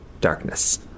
darkness